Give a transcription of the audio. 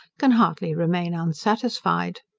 can hardly remain unsatisfied.